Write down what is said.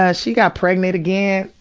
ah she got pregnant again,